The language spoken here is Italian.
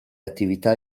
attività